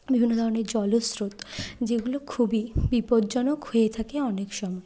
বিভিন্ন ধরনের জলস্রোত যেগুলো খুবই বিপদজনক হয়ে থাকে অনেক সময়